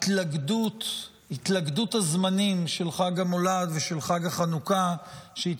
התלכדות הזמנים של חג המולד ושל חג החנוכה השנה הזו,